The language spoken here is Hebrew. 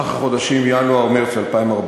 במהלך החודשים ינואר מרס 2014,